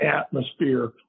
atmosphere